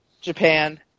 Japan